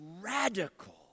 radical